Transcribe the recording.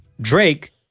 drake